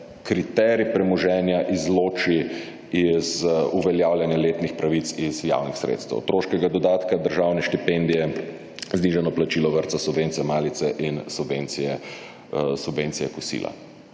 kriterij premoženja izloči iz uveljavljanja letnih pravic iz javnih sredstev (otroškega dodatka, državne štipendije, znižano plačilo vrtca, subvencija malice in subvencija kosila).